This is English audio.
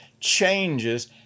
changes